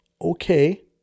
okay